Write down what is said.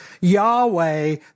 Yahweh